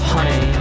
Honey